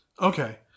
Okay